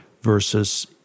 versus